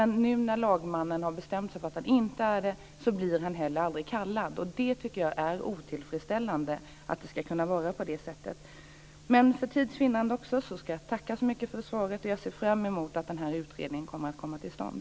Nu när lagmannen har bestämt sig blir nämndemannen heller aldrig kallad. Det är otillfredsställande att det kan vara så. För tids vinnande ska jag tacka så mycket för svaret, och jag ser fram emot att utredningen ska komma till stånd.